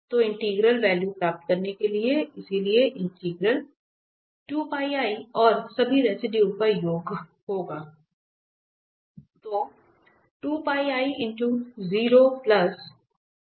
तो integral value प्राप्त करने के लिए इसलिए इंटीग्रल I हैं और सभी रेसिडुए का योग होगा